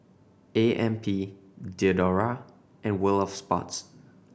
A M P Diadora and World Of Sports